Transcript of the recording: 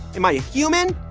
am i a human?